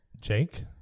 Jake